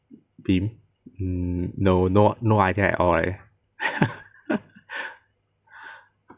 BIM no no no idea at all leh